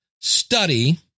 study